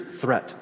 threat